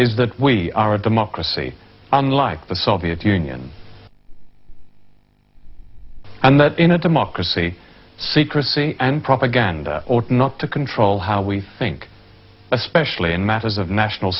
is that we are a democracy unlike the soviet union and that in a democracy secrecy and propaganda or not to control how we think especially in matters of national